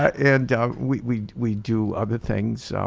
and we we do other things.